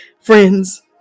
friends